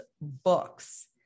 books